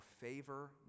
favor